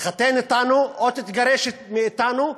תתחתן אתנו או תתגרש מאתנו,